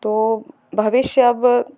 तो भविष्य अब